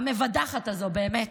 המבדחת הזו, באמת,